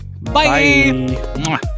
Bye